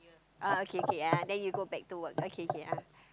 oh okay K yeah then you go back to work okay K ah